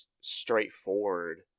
straightforward